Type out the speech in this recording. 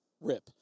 Rip